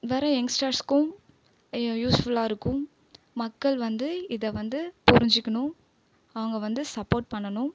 வர எங்ஸ்டர்ஸுக்கும் யூஸ்ஃபுல்லாக இருக்கும் மக்கள் வந்து இதை வந்து புரிஞ்சிக்கணும் அவங்க வந்து சப்போட் பண்ணணும்